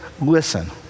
listen